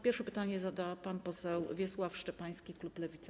Pierwsze pytanie zada pan poseł Wiesław Szczepański, klub Lewica.